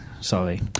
Sorry